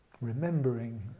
remembering